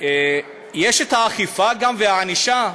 יש אכיפה וענישה?